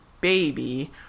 baby